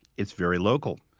it's very local.